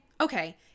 okay